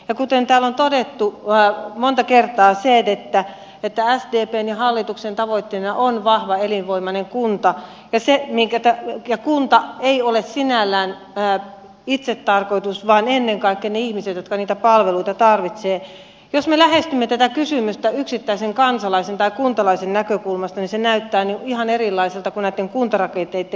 joku työntää auton etupää on monta kertaa edetä hitaasti ettei hallituksen tavoitteena on vahva elinvoimainen kunta ja sen minkä pää ja kunta ei ole sinällään itsetarkoitus vaan ennen kaiken ihmisiä jotka niitä palveluita tarvitsee jos me lähestymme tätä kysymystä yksittäisen kansalaisen tai kuntalaisen näkökulmastaisin näyttää ihan erilaiselta kunakin kuntarakenteita